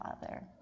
Father